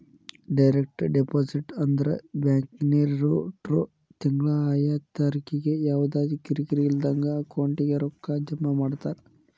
direct deposit ಅಂದ್ರ ಬ್ಯಾಂಕಿನ್ವ್ರು ತಿಂಗ್ಳಾ ಆಯಾ ತಾರಿಕಿಗೆ ಯವ್ದಾ ಕಿರಿಕಿರಿ ಇಲ್ದಂಗ ಅಕೌಂಟಿಗೆ ರೊಕ್ಕಾ ಜಮಾ ಮಾಡ್ತಾರ